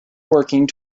working